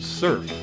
surf